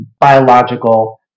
biological